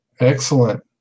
Excellent